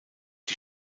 die